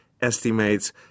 estimates